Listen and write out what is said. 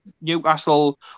Newcastle